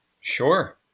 Sure